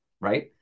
right